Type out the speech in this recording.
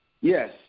Yes